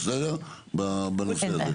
בנושא הזה.